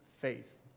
faith